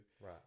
Right